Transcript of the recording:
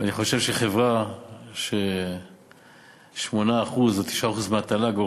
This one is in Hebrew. ואני חושב שחברה ש-8% או 9% מהתל"ג שלה